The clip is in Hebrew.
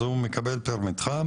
אז הוא מקבל פר מתחם